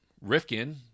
Rifkin